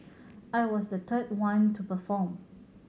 I was the one to perform